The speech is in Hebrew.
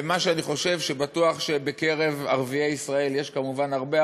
אני חושב שבטוח בקרב ערביי ישראל יש כמובן הרבה,